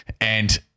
And-